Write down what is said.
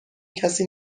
کسی